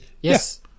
Yes